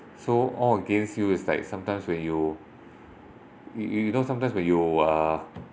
so all against you is like sometimes when you you you you know sometimes when you uh